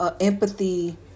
empathy